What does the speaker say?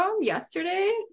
yesterday